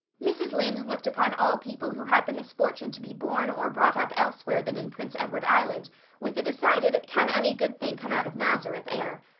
mrs lynde looked upon all people who had the misfortune to be born or brought up elsewhere than in prince edward island with a decided can-any-good-thing-come-out-of-nazareth air.